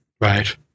Right